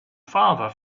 father